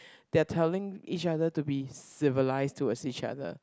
they're telling each other to be civilized towards each other